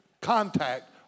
contact